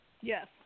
Yes